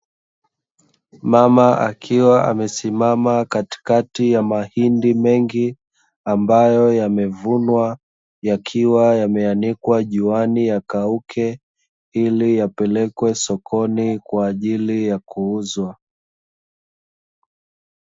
Mama akiwa amesimama katikati ya mahindi mengi ambayo yamevunwa, yakiwa yameanikwa juani yakauke ili yapelekwe sikoni kwa ajili ya kuuzwa.